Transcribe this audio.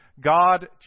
God